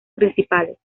principales